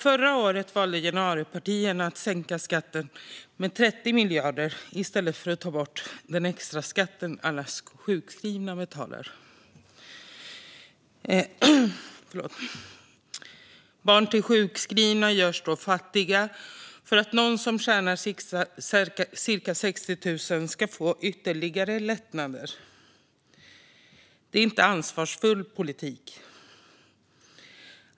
Förra året valde januaripartierna att sänka skatten med 30 miljarder i stället för att ta bort den extra skatt som alla sjukskrivna betalar. Barn till sjukskrivna görs då fattiga för att någon som tjänar cirka 60 000 ska få ytterligare lättnader. Det är inte en ansvarsfull politik.